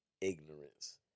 ignorance